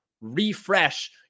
refresh